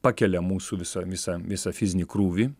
pakelia mūsų visą visą visą fizinį krūvį